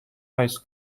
ice